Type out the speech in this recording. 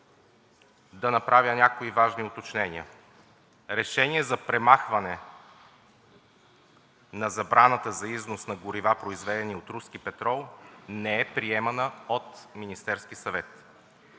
да направя някои важни уточнения. Решения за премахване на забраната за износ на горива, произведени от руски петрол, не е приемана от Министерския съвет.